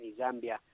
Zambia